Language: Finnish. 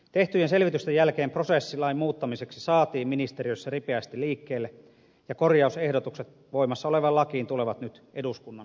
tehtyjen selvitysten jälkeen prosessi lain muuttamiseksi saatiin ministeriössä ripeästi liikkeelle ja korjausehdotukset voimassa olevaan lakiin tulevat nyt eduskunnan päätettäväksi